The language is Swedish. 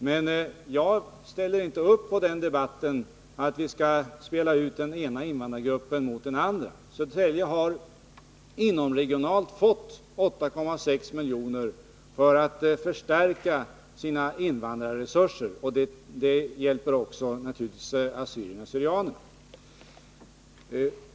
Men jag ställer inte upp på att i debatten spela ut den ena invandrargruppen mot den andra. Södertälje kommer att inomregionalt få 8,6 milj.kr. för att förstärka sina invandrarresurser, och det hjälper naturligtvis också assyrier och syrianer.